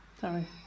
Sorry